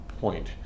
point